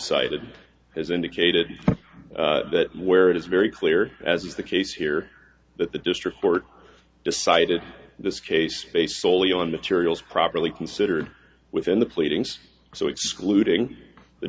cited has indicated that where it is very clear as is the case here that the district court decided this case based soley on materials properly considered within the pleadings so excluding the